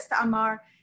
Amar